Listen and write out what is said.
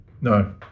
no